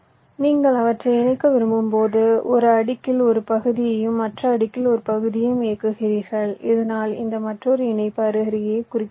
எனவே நீங்கள் அவற்றை இணைக்க விரும்பும்போது ஒரு அடுக்கில் ஒரு பகுதியையும் மற்ற அடுக்கில் ஒரு பகுதியையும் இயக்குகிறீர்கள் இதனால் இந்த மற்றொரு இணைப்பு அருகருகே குறுக்கிடாது